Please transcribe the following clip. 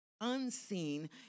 unseen